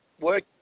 work